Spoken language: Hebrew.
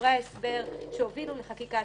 שבדברי ההסבר שהובילו לחקיקת